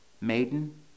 Maiden